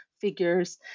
figures